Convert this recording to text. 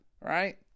right